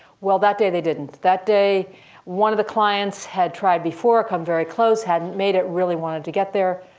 well that day they didn't. that day one of the clients had tried before, come very close, hadn't made it, really wanted to get there.